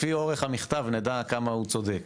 לפי אורך המכתב נדע כמה הוא צודק,